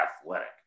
athletic